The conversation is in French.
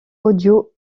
audio